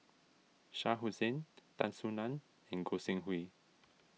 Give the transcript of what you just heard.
Shah Hussain Tan Soo Nan and Goi Seng Hui